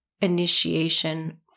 initiation